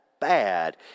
bad